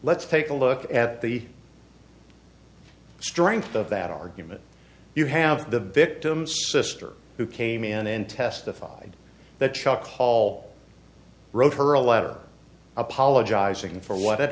let's take a look at the strength of that argument you have the victim's sister who came in and testified that chuck hall wrote her a letter apologizing for what had